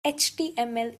html